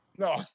No